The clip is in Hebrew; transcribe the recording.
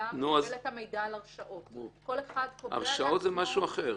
ממילא מקבל מידע על הרשעות -- הרשעות זה משהו אחר.